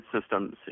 systems